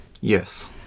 Yes